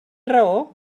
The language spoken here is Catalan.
raó